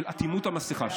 של אטימות המסכה.